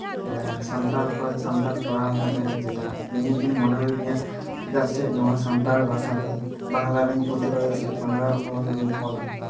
ᱥᱟᱱᱛᱟᱞ ᱠᱷᱚᱡ ᱥᱟᱱᱛᱟᱞ ᱯᱟᱲᱦᱟᱣ ᱠᱟᱛᱮᱫ ᱡᱮᱴᱟ ᱤᱧ ᱢᱤᱫ ᱤᱱ ᱢᱚᱱᱮ ᱦᱩᱭᱟᱫᱤᱧᱟᱹ ᱪᱮᱫᱟᱜ ᱥᱮ ᱱᱚᱣᱟ ᱥᱟᱱᱛᱟᱞ ᱵᱷᱟᱥᱟ ᱫᱚ ᱵᱟᱝᱞᱟ ᱨᱤᱧ ᱯᱨᱚᱛᱤᱵᱟᱫᱟ ᱥᱮ ᱵᱟᱝᱞᱟ ᱨᱮ ᱚᱱᱩᱵᱟᱫᱽ ᱠᱟᱛᱮᱫ ᱤᱧ ᱚᱞᱟ